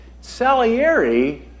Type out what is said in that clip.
Salieri